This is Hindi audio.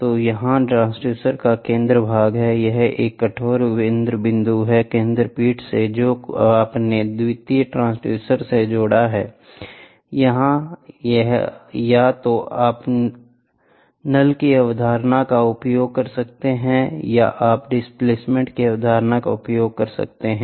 तो यहाँ ट्रांसड्यूसर का केंद्र भाग है यह एक कठोर केंद्रबिंदु है केंद्रपीठ से जो आपने द्वितीयक ट्रांसड्यूसर से जोड़ा है यहां या तो आप नल की अवधारणा का उपयोग कर सकते हैं या आप डिस्प्लेसमेंट की अवधारणा का उपयोग कर सकते हैं